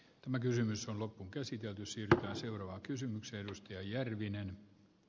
tämä kysymys on loppuunkäsitelty sillä seuraavaan kysymykseen ja järvinen ne